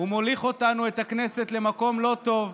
הוא מוליך אותנו, את הכנסת, למקום לא טוב,